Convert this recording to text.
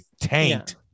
tanked